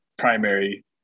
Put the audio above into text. primary